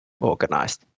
organized